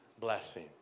blessing